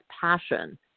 passion